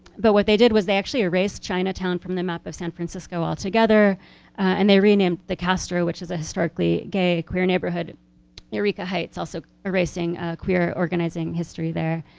but what they did, was they actually erased chinatown from the map of san francisco altogether and they renamed the castro which is a historically gay queer neighborhood eureka heights, also erasing a queer organizing history there.